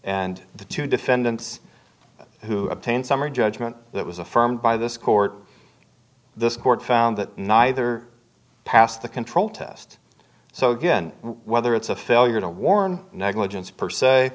and the two defendants who obtain summary judgment that was affirmed by this court this court found that neither passed the control test so again whether it's a failure to warn negligence per se